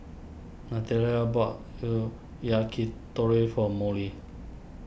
Natalia bought Yakitori for Molly